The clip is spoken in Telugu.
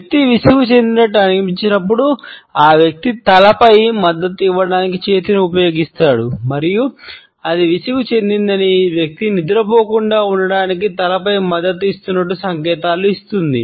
వ్యక్తి విసుగు చెందినట్లు అనిపించినప్పుడు ఆ వ్యక్తి తలపై మద్దతు ఇవ్వడానికి చేతిని ఉపయోగిస్తాడు మరియు అది విసుగు చెందిందని వ్యక్తి నిద్రపోకుండా ఉండటానికి తలపై మద్దతు ఇస్తున్నట్లు సంకేతాలు ఇస్తుంది